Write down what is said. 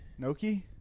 Noki